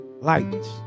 lights